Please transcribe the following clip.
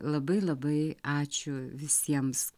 labai labai ačiū visiems